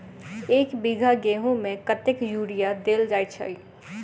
एक बीघा गेंहूँ मे कतेक यूरिया देल जाय छै?